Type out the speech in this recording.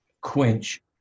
quench